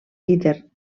líder